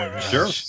Sure